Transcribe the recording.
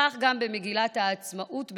כך גם במגילת העצמאות בדורנו.